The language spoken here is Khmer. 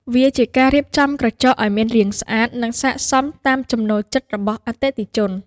វាជាការរៀបចំក្រចកឱ្យមានរាងស្អាត និងស័ក្តិសមតាមចំណូលចិត្តរបស់អតិថិជន។